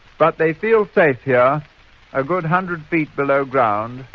but they feel safe here a good hundred feet below ground.